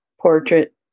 portrait